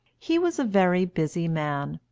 he was a very busy man,